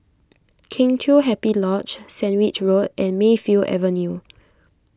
Kheng Chiu Happy Lodge Sandwich Road and Mayfield Avenue